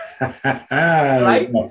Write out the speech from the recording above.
Right